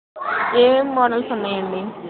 ఏమేం మోడల్స్ ఉన్నాయి అండి